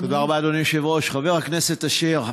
תודה רבה, אדוני היושב-ראש, חבר הכנסת אשר,